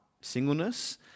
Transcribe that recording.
singleness